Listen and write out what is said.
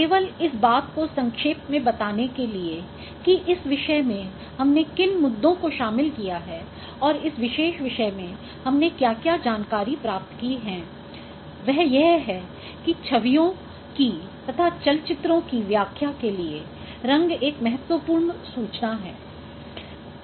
केवल इस बात को संक्षेप में बताने के लिए कि इस विषय में हमने किन मुद्दों को शामिल किया है और इस विशेष विषय में हमने क्या क्या जानकारी प्राप्त की हैं वह यह है कि छवियों की तथा चलचित्रों की व्याख्या लिए रंग एक महत्वपूर्ण सूचना है